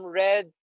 red